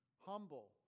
humble